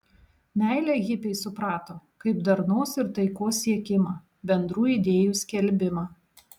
meilę hipiai suprato kaip darnos ir taikos siekimą bendrų idėjų skelbimą